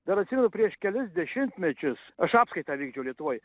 dar atsimenu prieš kelis dešimtmečius aš apskaitą vykdžiau lietuvoj